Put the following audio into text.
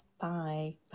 Bye